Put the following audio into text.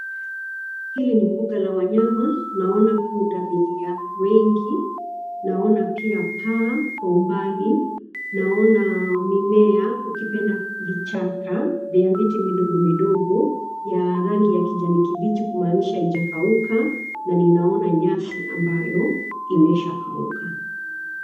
Hili ni mbuga la wanyama, naona pundamilia wengi, naona pia paa kwa umbali. Naona mimea ukipenda vichaka vya miti midogo midogo, ya rangi ya kijani kibichi kumaanisha ijakauka, na ninaona nyasi ambayo, imeshakauka.